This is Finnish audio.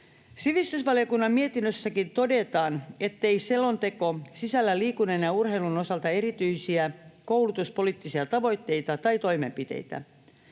Sivistysvaliokunnan mietinnössäkin todetaan, ettei selonteko sisällä liikunnan ja urheilun osalta erityisiä koulutuspoliittisia tavoitteita tai toimenpiteitä.